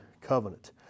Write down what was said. covenant